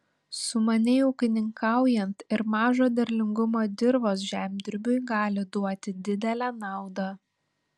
sumaniai ūkininkaujant ir mažo derlingumo dirvos žemdirbiui gali duoti didelę naudą